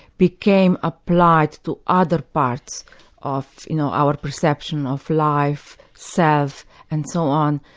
became applied to other parts of you know our perception of life, self and so on.